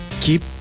keep